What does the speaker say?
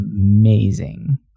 amazing